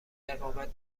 اقامت